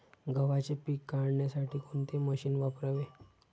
गव्हाचे पीक काढण्यासाठी कोणते मशीन वापरावे?